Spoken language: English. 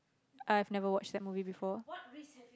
I've never watched that movie before